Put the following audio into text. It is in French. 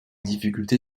difficulté